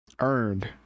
earned